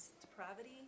depravity